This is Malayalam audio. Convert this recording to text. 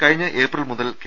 കഴിഞ്ഞ ഏപ്രിൽ മുതൽ കെ